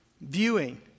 Viewing